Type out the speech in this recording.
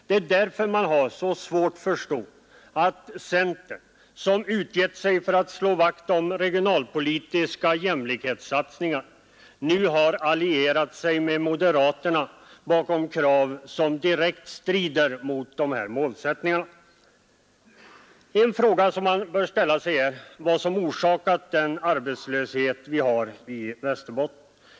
Det är därför man har så svårt att förstå att centern, som utgett sig för att slå vakt om regionalpolitiska jämlikhetssatsningar, nu har allierat sig med moderaterna bakom krav som direkt strider mot dessa målsättningar. En fråga som man bör ställa är vad som orsakat arbetslösheten i Västerbotten.